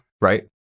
right